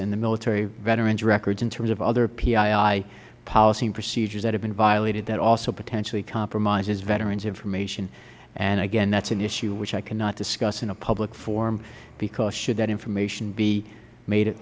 and the military veterans records in terms of other pii policy and procedures that have been violated that also potentially compromises veterans information and again that is an issue which i cannot discuss in a public forum because should that information be made